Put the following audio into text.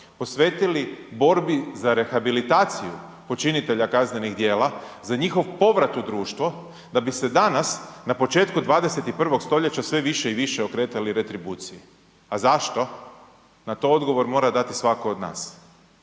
posvetili borbi za rehabilitaciju počinitelja kaznenih djela, za njihov povrat u društvo, da bi se danas na početku 21. stoljeća sve više i više okretali retribuciji. A zašto? Na to odgovor mora dati svatko od nas.